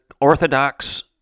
orthodox